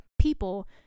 people